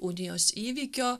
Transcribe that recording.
unijos įvykio